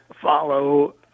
follow